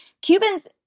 Cubans